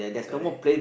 correct